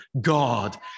God